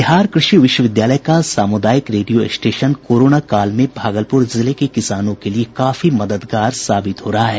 बिहार कृषि विश्वविद्यालय का सामुदायिक रेडियो स्टेशन कोरोना काल में भागलपुर जिले के किसानों के लिये काफी मददगार साबित हो रहा है